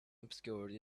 obscured